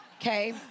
Okay